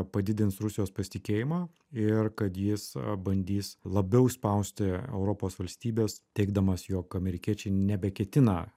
padidins rusijos pasitikėjimą ir kad jis bandys labiau spausti europos valstybes teigdamas jog amerikiečiai nebeketina